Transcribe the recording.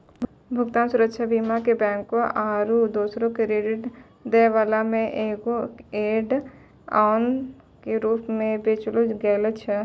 भुगतान सुरक्षा बीमा के बैंको आरु दोसरो क्रेडिट दै बाला मे एगो ऐड ऑन के रूपो मे बेचलो गैलो छलै